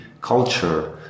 culture